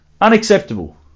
unacceptable